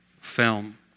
film